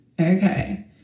okay